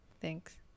thanks